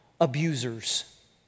abusers